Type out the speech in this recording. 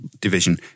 division